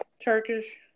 Turkish